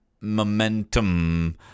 Momentum